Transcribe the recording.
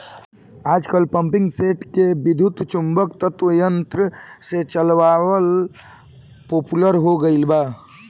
आजकल पम्पींगसेट के विद्युत्चुम्बकत्व यंत्र से चलावल पॉपुलर हो गईल बा